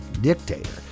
dictator